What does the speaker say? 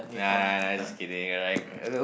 nah nah I just kidding I like